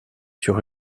sur